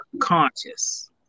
conscious